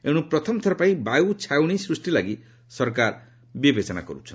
ଏଣୁ ପ୍ରଥମ ଥରପାଇଁ 'ବାୟୁ ଛାଉଣି' ସୃଷ୍ଟି ଲାଗି ସରକାର ବିବେଚନା କରୁଛନ୍ତି